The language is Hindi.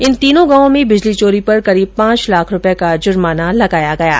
इन तीनों गांवों में बिजली चोरी पर करीब पांच लाख रुपये का जुर्माना लगाया है